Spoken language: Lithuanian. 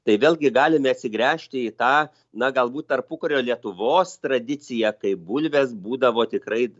tai vėlgi galime atsigręžti į tą na galbūt tarpukario lietuvos tradiciją kai bulvės būdavo tikrai